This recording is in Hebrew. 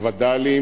הווד"לים,